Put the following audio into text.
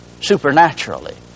supernaturally